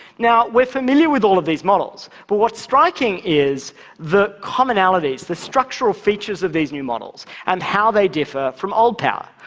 now, we're familiar with all of these models. but what's striking is the commonalities, the structural features of these new models and how they differ from old power.